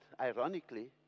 Ironically